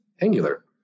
Angular